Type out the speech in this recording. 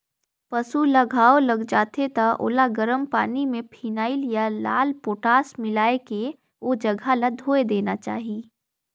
पसु ल घांव लग जाथे त ओला गरम पानी में फिनाइल या लाल पोटास मिलायके ओ जघा ल धोय देना चाही